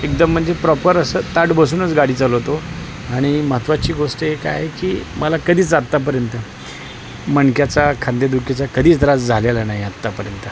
एकदम म्हणजे प्रॉपर असं ताठ बसूनच गाडी चालवतो आणि महत्त्वाची गोष्ट एक आहे की मला कधीच आत्तापर्यंत मणक्याचा खांदेदुखीचा कधीच त्रास झालेला नाही आत्तापर्यंत